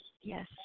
yes